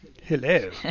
Hello